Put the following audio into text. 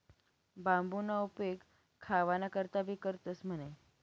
बांबूना उपेग खावाना करता भी करतंस म्हणे